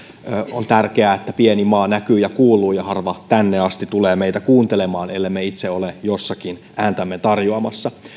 on tärkeää että pieni maa näkyy ja kuuluu ja harva tänne asti tulee meitä kuuntelemaan ellemme itse ole jossakin ääntämme tarjoamassa